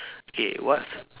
okay what's